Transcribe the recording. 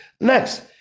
Next